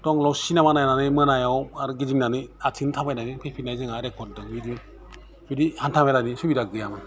थंग्लायाव cinema नायनानै मोनायाव आरो गिदिंनानै आथिंजों थाबायनानै फैफिनाय जोंना रेकर्ड दं बिदि हान्था मेला सुबिदा गैयामोन